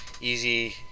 easy